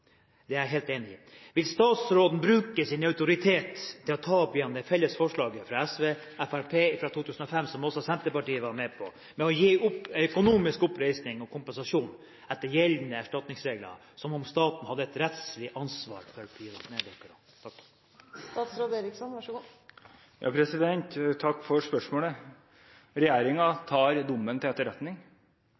det samme. Der er vi helt enige. Vil statsråden bruke sin autoritet til å ta opp igjen det felles forslaget fra SV og Fremskrittspartiet fra 2005, som også Senterpartiet var med på, om å gi en økonomisk oppreisning og kompensasjon etter gjeldende erstatningsregler, som om staten hadde et rettslig ansvar for pionerdykkerne? Takk for spørsmålet. Regjeringen tar dommen til etterretning. Det innebærer at vi ikke anker dommen.